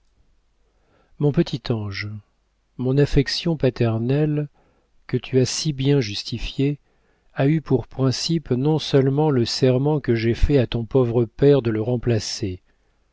mon petit ange mon affection paternelle que tu as si bien justifiée a eu pour principe non-seulement le serment que j'ai fait à ton pauvre père de le remplacer